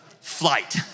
flight